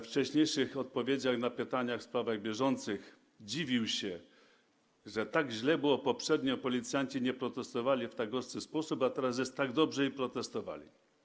Wcześniej przy odpowiedziach na pytania w sprawach bieżących dziwił się, że tak źle było poprzednio, a policjanci nie protestowali w tak ostry sposób, a teraz jest tak dobrze i protestowali.